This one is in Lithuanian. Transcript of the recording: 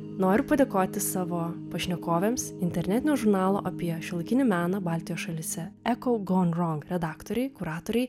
noriu padėkoti savo pašnekovėms internetinio žurnalo apie šiuolaikinį meną baltijos šalyse eko gon rong redaktorei kuratorei